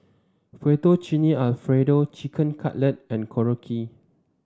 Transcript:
Fettuccine Alfredo Chicken Cutlet and Korokke